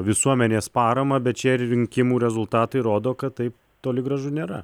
visuomenės paramą bet šie rinkimų rezultatai rodo kad taip toli gražu nėra